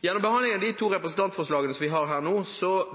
Gjennom behandlingen av de to representantforslagene som vi har her nå,